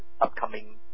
upcoming